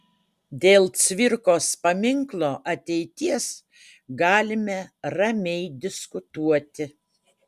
dėl cvirkos paminklo ateities galime ramiai diskutuoti